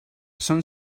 són